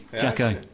Jacko